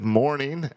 morning